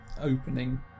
opening